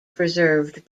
preserved